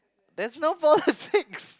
there's no politics